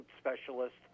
specialist